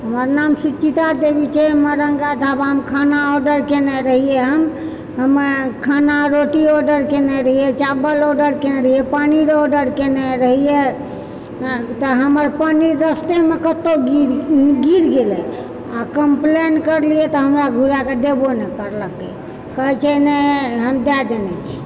हमर नाम सुचिता देवी छै हमर आर अहाँकेँ ढाबामे खाना ऑर्डर केने रहिऐ हम हमे खाना रोटी ऑर्डर केने रहिऐ चावल ऑर्डर केने रहिऐ पानि रऽ ऑर्डर केने रहिऐ तऽ हमर पानि रस्तेमे कतहुँ गिर गिर गेलए आ कम्प्लेन करलिऐ तऽ हमरा घुराए कऽ देबो नहि करलकै कहैत छै नहि हम दए देने छी